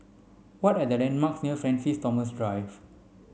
what are the landmarks near Francis Thomas Drive